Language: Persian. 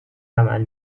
عمل